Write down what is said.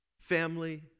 Family